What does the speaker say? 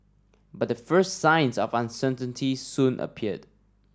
but the first signs of uncertainty soon appeared